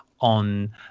on